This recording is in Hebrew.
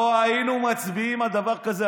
לא היינו מצביעים על דבר כזה.